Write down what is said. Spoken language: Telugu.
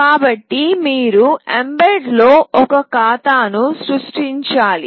కాబట్టి మీరు ఎంబెడ్ లో ఒక ఖాతాను సృష్టించాలి